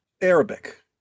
Arabic